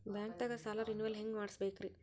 ಬ್ಯಾಂಕ್ದಾಗ ಸಾಲ ರೇನೆವಲ್ ಹೆಂಗ್ ಮಾಡ್ಸಬೇಕರಿ?